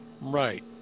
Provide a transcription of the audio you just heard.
Right